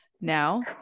now